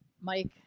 Mike